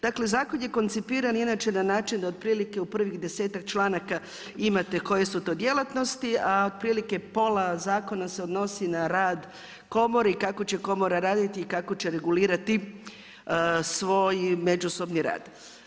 Dakle, zakon je koncipiran inače na način da otprilike u prvih desetak članaka imate koje su to djelatnosti, a otprilike pola zakona se odnosi na rad komore i kako će komora raditi i kako će regulirati svoj međusobni rad.